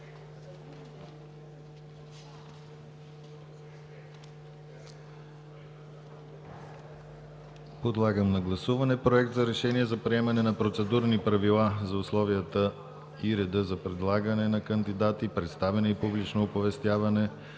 Подлагам на гласуване Проект на решение за приемане на процедурни правила за условията и реда за предлагане на кандидати, представяне и публично оповестяване